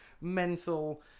mental